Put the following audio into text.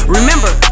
Remember